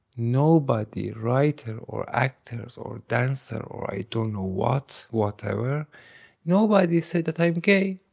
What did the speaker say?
nobody writer or actors or dancer or i don't know what, whatever nobody said that i am gay